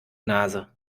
nase